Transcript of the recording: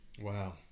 Wow